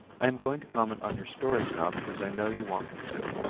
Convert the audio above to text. i am going to comment on your stories now because i know you want me too,